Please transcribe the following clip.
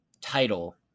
title